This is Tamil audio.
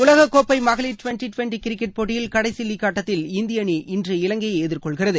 உலகக்கோப்பை மகளிர் டுவென்டி டுவென்டி கிரிக்கெட் போட்டியில் கடைசி லீக் ஆட்டத்தில் இந்திய அணி இலங்கையை இன்று எதிர்கொள்கிறது